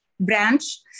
branch